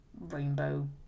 rainbow